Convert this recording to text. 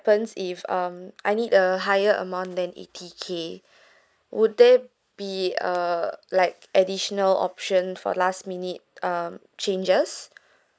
if um I need a higher amount then eighty K would that be uh like additional option for last minute um changes